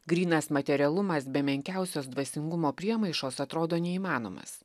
grynas materialumas be menkiausios dvasingumo priemaišos atrodo neįmanomas